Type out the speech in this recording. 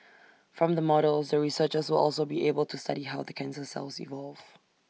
from the models the researchers will also be able to study how the cancer cells evolve